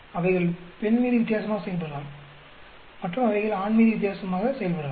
அவைகள் பெண் மீது வித்தியாசமாக செயல்படலாம் மற்றும் அவைகள் ஆண் மீது வித்தியாசமாக செயல்படலாம்